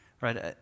Right